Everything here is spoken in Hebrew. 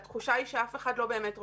והתחושה היא שאף אחד לא באמת רוצה.